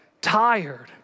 tired